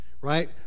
Right